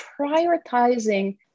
prioritizing